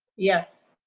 yes.